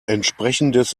entsprechendes